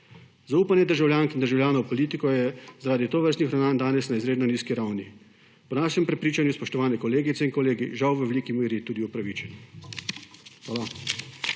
Zaupanje državljank in državljanov v politiko je zaradi tovrstnih ravnanj danes na izredno nizki ravni. Po našem prepričanju, spoštovani kolegice in kolegi, žal v veliki meri tudi upravičeno. Hvala.